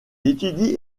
étudie